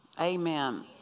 Amen